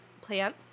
plant